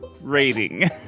rating